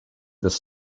this